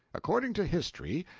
according to history,